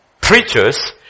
preachers